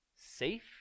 Safe